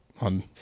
on